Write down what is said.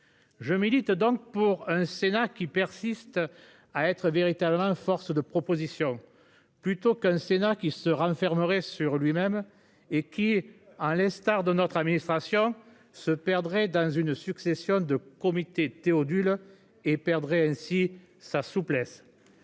Je milite donc pour un Sénat qui persiste à être véritablement une force de proposition. Plutôt qu'un Sénat qui se renfermerait sur lui-même et qui est, à l'instar de notre administration se perdrait dans une succession de comités Théodule et perdrait ainsi sa souplesse.